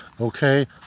okay